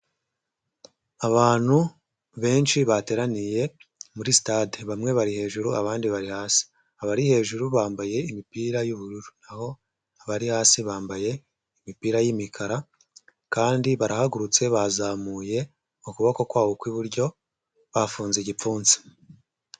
Abantu benshi bateraniye muri sitade, bamwe bari hejuru, abandi bari hasi, abari hejuru bambaye imipira y'ubururu, n'aho abari hasi bambaye imipira y'imikara kandi barahagurutse bazamuye ukuboko kwabo kw'iburyo bafunze igipfunsi.